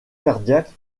cardiaque